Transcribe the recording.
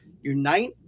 Unite